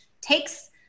takes